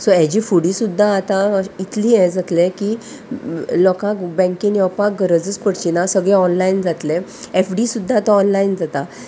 so हेजी फुडें सुद्दां आतां इतली हें जातलें की लोकांक बँकेन येवपाक गरजच पडची ना सगळे ऑनलायन जातले एफ डी सुद्दां तो ऑनलायन जाता